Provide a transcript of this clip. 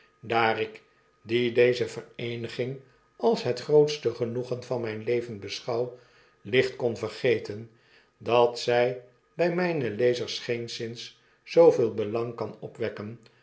daar ik die deze vereeniging als het grootste genoegen van myn leven beschouw licnt kon vergeten dat zy bij mtjne lezers geenszins zooveel belang kan opwekken